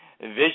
vision